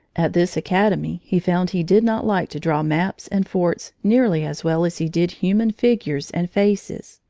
at this academy he found he did not like to draw maps and forts nearly as well as he did human figures and faces.